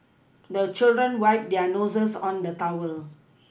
the children wipe their noses on the towel